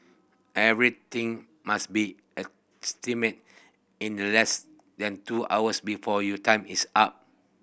everything must be examined in the less than two hours before your time is up